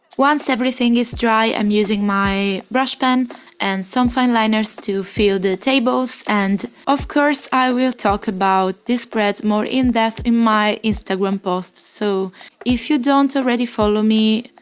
once everything is dry, i'm using my brush pen and some fineliners to fill the tables and of course, i will talk about this spread more in depth in my instagram posts, so if you don't already follow me,